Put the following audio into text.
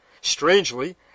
Strangely